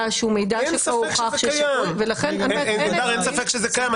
שהוא מידע שהוכח --- ולכן -- אין ספק שזה קיים,